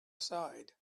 aside